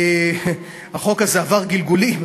החוק הזה עבר גלגולים,